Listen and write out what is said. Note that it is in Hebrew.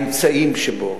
האמצעים שבו,